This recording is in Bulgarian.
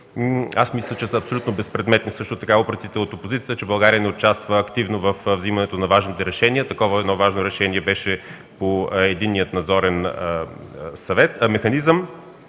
Аз мисля също, че са абсолютно безпредметни упреците от опозицията, че България не участва активно във вземането на важните решения. Такова едно важно решение беше по Единния надзорен механизъм.